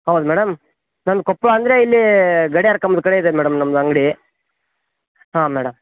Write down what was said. ಹೌದು ಮೇಡಮ್ ನಮ್ಮ ಕೊಪ್ಪಳ ಅಂದರೆ ಇಲ್ಲಿ ಗಡಿಯಾರ ಕಂಬ್ದ ಕಡೆ ಇದೆ ಮೇಡಮ್ ನಮ್ಮದು ಅಂಗಡಿ ಹಾಂ ಮೇಡಮ್